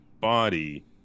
body